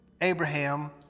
Abraham